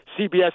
CBS